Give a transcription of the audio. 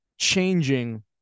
changing